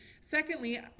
Secondly